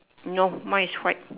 no mine is white